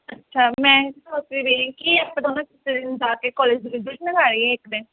ਅੱਛਾ ਮੈਂ ਜਾ ਕੇ ਕੌਲਜ 'ਚ ਵਿਜ਼ਿਟ ਨਾ ਕਰ ਆਈਏ ਇੱਕ ਦਿਨ